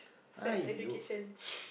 sex education